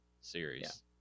series